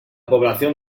población